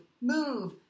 move